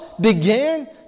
began